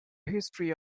history